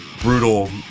brutal